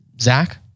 Zach